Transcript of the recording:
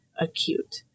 acute